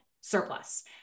surplus